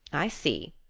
i see,